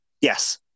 yes